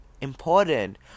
important